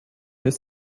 ist